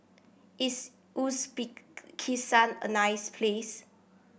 is Uzbekistan a nice place